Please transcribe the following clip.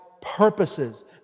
purposes